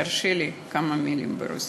ותרשה לי כמה מילים ברוסית.